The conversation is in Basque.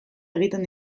egiten